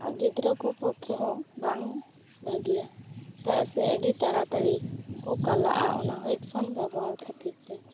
ᱜᱤᱫᱽᱨᱟᱹ ᱠᱚ ᱯᱚᱠᱠᱷᱮ ᱦᱚ ᱵᱟᱝ ᱵᱷᱟᱜᱮᱣᱟ ᱪᱮᱫᱟ ᱥᱮ ᱟᱹᱰᱤ ᱛᱟᱲᱟᱛᱟᱹᱲᱤ ᱠᱚ ᱠᱟᱞᱟᱜᱼᱟ ᱦᱮᱰᱯᱷᱳᱱ ᱵᱮᱵᱚᱦᱟᱨ ᱠᱷᱟᱹᱛᱤᱨ ᱛᱮ